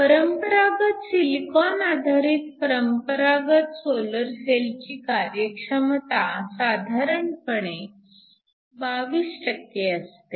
परंपरागत सिलिकॉन आधारित परंपरागत सोलर सेलची कार्यक्षमता साधारण 22 असते